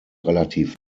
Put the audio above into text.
relativ